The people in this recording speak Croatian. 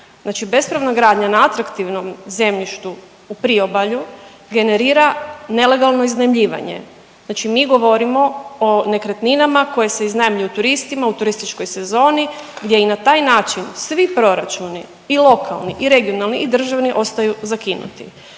bespravna gradnja na atraktivnom zemljištu u priobalju generira nelegalno iznajmljivanje, znači mi govorimo o nekretninama koje se iznajmljuju turistima u turističkoj sezoni gdje i na taj način svi proračuni i lokalni i regionalni i državni ostaju zakinuti.